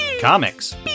comics